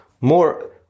more